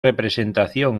representación